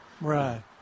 Right